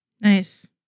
Nice